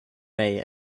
may